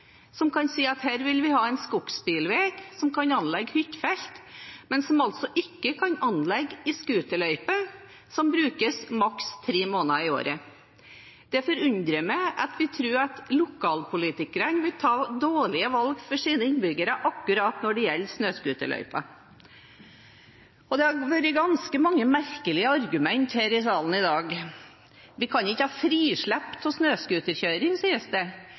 som kan si at her vil vi ha en skogsbilvei, som kan anlegge hyttefelt, men som altså ikke kan anlegge en scooterløype som brukes maks tre måneder i året. Det forundrer meg at vi tror at lokalpolitikerne vil ta dårlige valg for sine innbyggere akkurat når det gjelder snøscooterløyper. Det har vært ganske mange merkelige argumenter her i salen i dag. Vi kan ikke ha frislepp av snøscooterkjøring, sies det.